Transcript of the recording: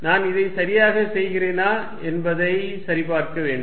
நான் இதைச் சரியாகச் செய்கிறேனா என்பதைச் சரிபார்க்க வேண்டும்